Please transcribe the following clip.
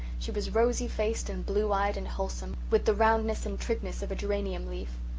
she was rosy-faced and blue-eyed and wholesome, with the roundness and trigness of a geranium leaf.